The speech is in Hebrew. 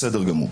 בסדר גמור.